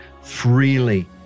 freely